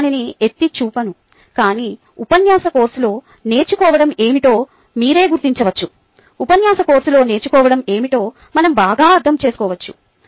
నేను దానిని ఎత్తి చూపను కానీ ఉపన్యాస కోర్సులో నేర్చుకోవడం ఏమిటో మీరే గుర్తించవచ్చు ఉపన్యాస కోర్సులో నేర్చుకోవడం ఏమిటో మనం బాగా అర్థం చేసుకోవచ్చు